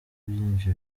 byinshi